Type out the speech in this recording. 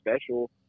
special